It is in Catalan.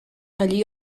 allí